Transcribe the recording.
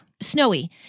snowy